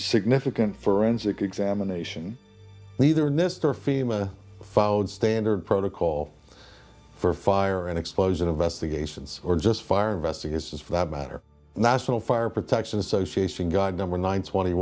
significant forensic examination neither mr fema followed standard protocol for fire and explosion investigations or just firing vesting this is for that matter national fire protection association god number nine twenty